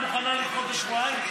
את מוכנה לדחות בשבועיים?